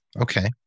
Okay